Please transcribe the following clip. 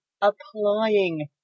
applying